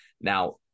Now